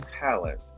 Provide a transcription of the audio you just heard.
talent